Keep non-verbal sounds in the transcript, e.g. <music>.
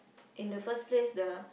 <noise> in the first place the